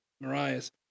Marias